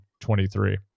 23